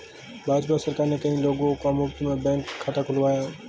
भाजपा सरकार ने कई लोगों का मुफ्त में बैंक खाता खुलवाया